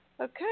okay